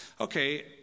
okay